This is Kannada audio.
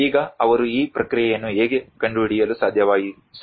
ಈಗ ಅವರು ಈ ಪ್ರಕ್ರಿಯೆಯನ್ನು ಹೇಗೆ ಕಂಡುಹಿಡಿಯಲು ಸಾಧ್ಯವಾಗುತ್ತದೆ